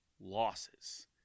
losses